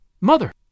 Mother